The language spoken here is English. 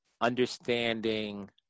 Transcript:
understanding